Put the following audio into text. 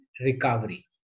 recovery